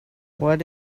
what